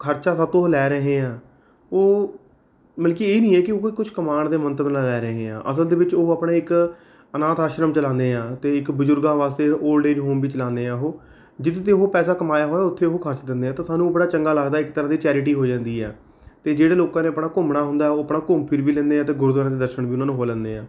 ਖਰਚਾ ਸਾਡੇ ਤੋਂ ਉਹ ਲੈ ਰਹੇ ਆ ਉਹ ਮਲ ਕਿ ਇਹ ਨਹੀਂ ਹੈ ਕਿ ਉਹ ਕੁਝ ਕਮਾਉਣ ਦੇ ਮੰਤਵ ਨਾਲ ਲੈ ਰਹੇ ਆ ਅਸਲ ਦੇ ਵਿੱਚ ਉਹ ਆਪਣੇ ਇੱਕ ਅਨਾਥ ਆਸ਼ਰਮ ਚਲਾਉਂਦੇ ਆ ਅਤੇ ਇੱਕ ਬਜ਼ੁਰਗਾਂ ਵਾਸਤੇ ਔਲਡ ਏਜ ਹੋਮ ਵੀ ਚਲਾਉਂਦੇ ਆ ਉਹ ਜਿੱਥੇ ਤੋਂ ਉਹ ਪੈਸਾ ਕਮਾਇਆ ਹੋਇਆ ਉੱਥੇ ਉਹ ਖਰਚ ਦਿੰਦੇ ਆ ਤਾਂ ਸਾਨੂੰ ਉਹ ਬੜਾ ਚੰਗਾ ਲੱਗਦਾ ਇੱਕ ਤਰ੍ਹਾਂ ਦੀ ਚੈਰਿਟੀ ਹੋ ਜਾਂਦੀ ਹੈ ਅਤੇ ਜਿਹੜੇ ਲੋਕਾਂ ਨੇ ਆਪਣਾ ਘੁੰਮਣਾ ਹੁੰਦਾ ਉਹ ਆਪਣਾ ਘੁੰਮ ਫਿਰ ਵੀ ਲੈਂਦੇ ਹੈ ਅਤੇ ਗੁਰਦੁਆਰਿਆਂ ਦੇ ਦਰਸ਼ਨ ਵੀ ਉਹਨਾਂ ਨੂੰ ਹੋ ਲੈਂਦੇ ਹੈ